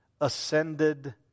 ascended